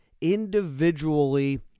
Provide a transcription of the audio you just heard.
individually